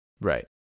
Right